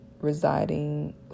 residing